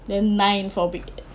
then nine for weekend